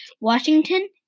Washington